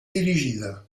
dirigida